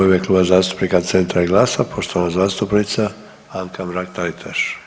u ime Kluba zastupnika Centra i GLAS-a, poštovana zastupnica Anka Mrak-Taritaš.